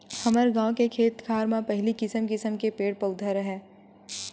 हमर गाँव के खेत खार म पहिली किसम किसम के पेड़ पउधा राहय